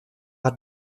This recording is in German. hat